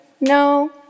No